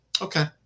okay